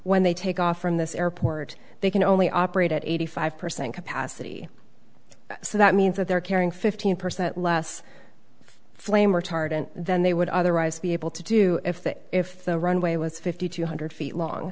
when they take off from this airport they can only operate at eighty five percent capacity so that means that they're carrying fifteen percent less flame retardant than they would otherwise be able to do if they if the runway was fifty two hundred feet long